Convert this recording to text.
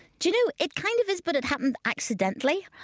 you know it kind of is, but it happened accidentally.